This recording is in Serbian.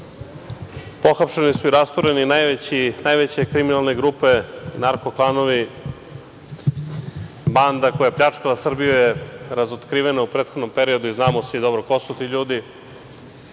pohapšene su i rasturene najveće kriminalne grupe, narko-klanovi, banka koja je pljačkala Srbiju je razotkrivena u prethodnom periodu i znamo svi dobro ko su ti ljudi,